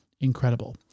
Incredible